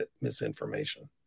misinformation